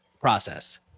Process